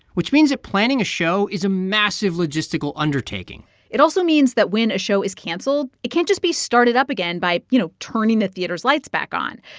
which means that planning a show is a massive logistical undertaking it also means that when a show is canceled, it can't just be started up again by, you know, turning the theater's lights back on.